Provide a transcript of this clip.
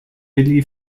willi